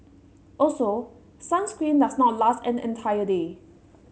also sunscreen does not last an entire day